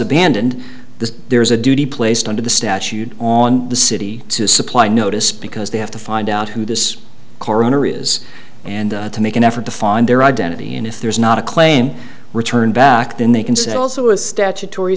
abandoned the there is a duty placed under the statute on the city to supply notice because they have to find out who this car owner is and to make an effort to find their identity and if there's not a claim return back then they can say also a statutory